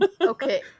Okay